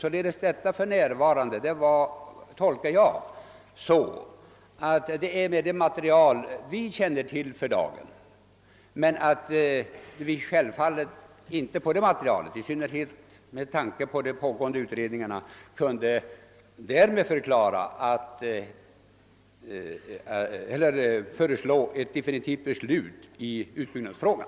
Orden »för närvarande» tolkar jag så att vi utgår från det material vi känner till för dagen men att vi inte på grundval av detta material — i synnerhet med tanke på de pågående utredningarna — kan föreslå ett definitivt beslut i utbyggnadsfrågan.